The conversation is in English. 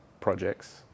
projects